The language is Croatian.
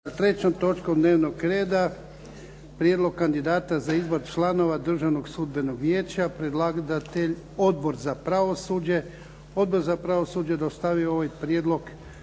sa 3. točkom dnevnog reda - Prijedlog kandidata za izbor članova Državnog sudbenog vijeća Predlagatelj Odbor za pravosuđe. Odbor za pravosuđe dostavio je ovaj prijedlog